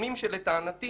ובפרסומים שלטענתי